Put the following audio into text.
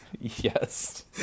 Yes